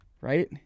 right